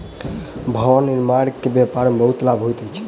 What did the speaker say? भवन निर्माण के व्यापार में बहुत लाभ होइत अछि